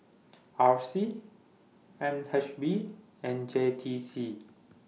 R C N H B and J T C